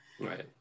Right